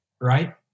Right